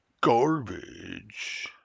garbage